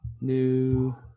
new